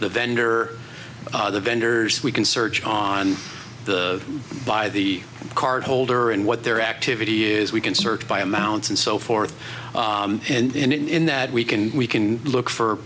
the vendor the vendors we can search on the by the card holder and what their activity is we can search by amounts and so forth and in that we can we can look for